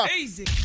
Easy